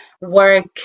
work